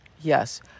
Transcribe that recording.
Yes